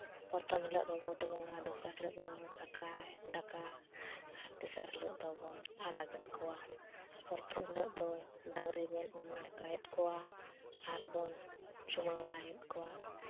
ᱯᱨᱚᱛᱷᱚᱢ ᱦᱤᱞᱳᱜ ᱫᱚ ᱜᱚᱴ ᱵᱚᱸᱜᱟ ᱫᱚᱥᱟᱨ ᱦᱤᱞᱳᱜ ᱫᱚ ᱫᱟᱠᱟᱭ ᱫᱟᱠᱟ ᱟᱨ ᱛᱮᱥᱟᱨ ᱦᱤᱞᱚᱜ ᱫᱚᱵᱚᱱ ᱟᱲᱟᱜᱮᱫ ᱠᱚᱣᱟ ᱯᱨᱚᱛᱷᱚᱢ ᱦᱤᱞᱳᱜ ᱫᱚ ᱰᱟᱹᱝᱨᱤ ᱵᱚᱱ ᱩᱢ ᱱᱟᱲᱠᱟᱭᱮᱫ ᱠᱚᱣᱟ ᱟᱨ ᱵᱚᱱ ᱪᱩᱢᱟᱹᱲᱟᱭᱮᱫ ᱠᱚᱣᱟ